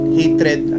hatred